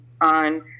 on